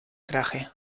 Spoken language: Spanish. traje